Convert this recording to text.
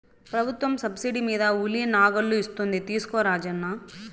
ప్రభుత్వం సబ్సిడీ మీద ఉలి నాగళ్ళు ఇస్తోంది తీసుకో రాజన్న